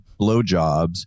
blowjobs